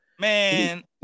Man